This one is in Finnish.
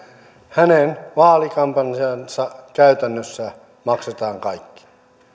hänen vaalikampanjansa käytännössä maksetaan kaikki